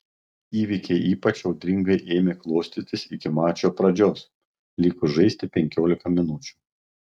įvykiai ypač audringai ėmė klostytis iki mačo pradžios likus žaisti penkiolika minučių